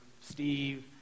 Steve